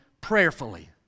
prayerfully